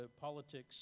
politics